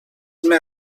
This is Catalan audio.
més